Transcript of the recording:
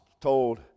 told